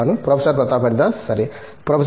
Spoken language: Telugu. ప్రొఫెసర్ ప్రతాప్ హరిదాస్ సరే ప్రొఫెసర్ బి